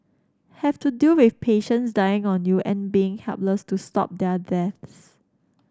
have to deal with patients dying on you and being helpless to stop their deaths